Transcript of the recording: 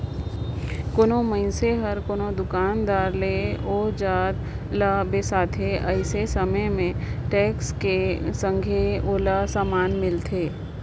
कोनो मइनसे हर कोनो दुकानदार ले ओ जाएत ल बेसाथे अइसे समे में टेक्स कर संघे ओला समान मिलथे